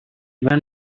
even